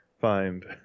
Find